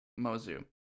Mozu